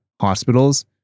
hospitals